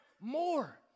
more